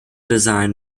design